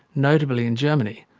notably in germany,